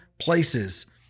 places